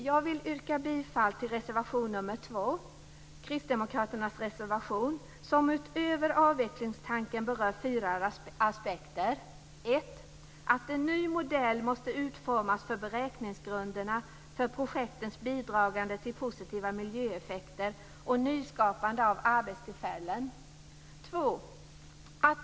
Jag vill yrka bifall till reservation nr 2 - kristdemokraternas reservation - som utöver avvecklingstanken berör fyra aspekter. 1. En ny modell måste utformas för beräkningsgrunderna för projektens bidragande till positiva miljöeffekter och nyskapande av arbetstillfällen. 2.